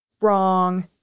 wrong